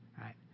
right